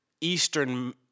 Eastern